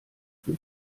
für